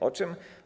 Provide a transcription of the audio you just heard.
O czym?